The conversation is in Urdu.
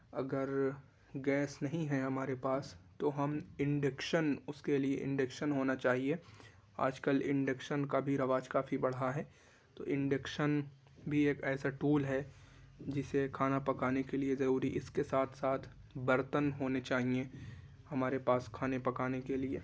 اگر گیس نہیں ہیں ہمارے پاس تو ہم انڈکشن اس کے لیے انڈکشن ہونا چاہیے آج کل انڈکشن کا بھی رواج کافی بڑھا ہے تو انڈکشن بھی ایک ایسا ٹول ہے جسے کھانا پکانے کے لیے ضروری اس کے ساتھ ساتھ برتن ہونے چاہئیں ہمارے پاس کھانے پکانے کے لیے